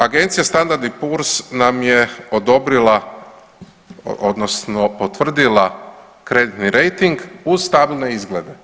Agencija Standard&Poor's nam je odobrila odnosno potvrdila kreditni rejting uz stabilne izglede.